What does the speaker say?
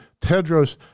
Tedros